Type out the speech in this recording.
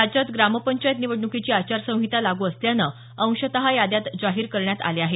राज्यात ग्रामपंचायत निवडणुकीची आचारसंहिता लागू असल्याने अंशत याद्या जाहीर करण्यात आल्या आहेत